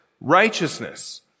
righteousness